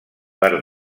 per